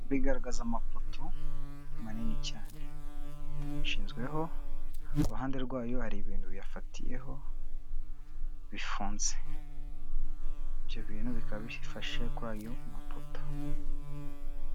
Bigaragaza amapoto manini cyane. Bishinzweho, ku ruhande rwayo hari ibintu biyafatiyeho bifunze. Ibyo bintu bikaba bifashe kuri ayo mapoto.